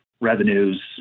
revenues